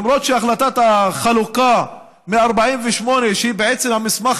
למרות שהחלטת החלוקה מ-48' שהיא בעצם המסמך